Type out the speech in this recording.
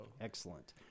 excellent